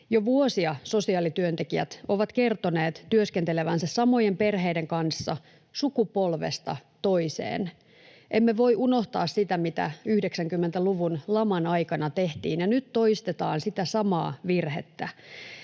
Jo vuosia sosiaalityöntekijät ovat kertoneet työskentelevänsä samojen perheiden kanssa sukupolvesta toiseen. Emme voi unohtaa sitä, mitä 90-luvun laman aikana tehtiin, ja nyt toistetaan sitä samaa virhettä.